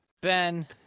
Ben